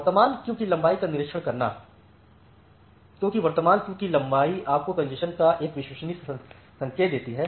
वर्तमान क्यू की लंबाई का निरीक्षण करना क्योंकि वर्तमान क्यू की लंबाई आपको कॅन्जेशन का एक विश्वसनीय संकेत देती है